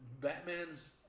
Batman's